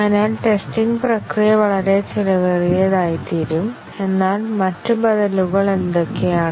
അതിനാൽ ടെസ്റ്റിംഗ് പ്രക്രിയ വളരെ ചെലവേറിയതായിത്തീരും എന്നാൽ മറ്റ് ബദലുകൾ എന്തൊക്കെയാണ്